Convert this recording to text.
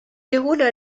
déroule